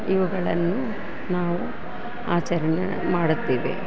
ಇವುಗಳನ್ನು ನಾವು ಆಚರಣೆ ಮಾಡುತ್ತೀವಿ